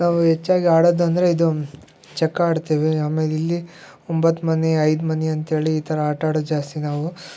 ನಾವು ಹೆಚ್ಚಾಗ್ ಆಡೋದಂದರೆ ಇದು ಚಕ್ಕಾ ಆಡ್ತೀವಿ ಆಮೇಲಿಲ್ಲಿ ಒಂಬತ್ತು ಮನೆ ಐದು ಮನೆ ಅಂತೇಳಿ ಈ ಥರಾ ಆಟ ಆಡೋದು ಜಾಸ್ತಿ ನಾವು